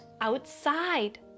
outside